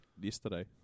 yesterday